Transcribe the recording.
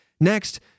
Next